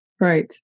Right